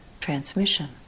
transmission